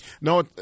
No